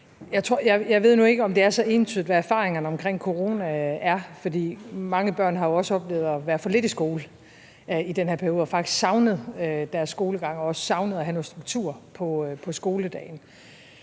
Jeg ved nu ikke, om det er så entydigt, hvad erfaringerne i forbindelse med coronaen er, for mange børn har jo også oplevet at være for lidt i skole i den her periode og har faktisk savnet deres skolegang og savnet at have noget struktur i skoledagen.